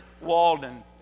Walden